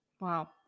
wow